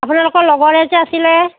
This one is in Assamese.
আপোনালোকৰ লগতে যে আছিলে